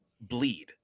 bleed